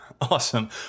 Awesome